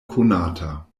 konata